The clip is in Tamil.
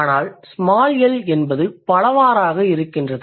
ஆனால் 'ஸ்மால் எல்' என்பது பலவாறு இருக்கின்றது